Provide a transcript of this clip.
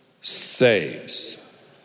saves